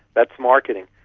that's marketing,